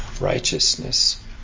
righteousness